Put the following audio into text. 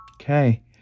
Okay